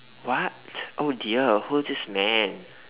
what oh dear who is this man